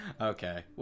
Okay